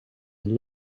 mijn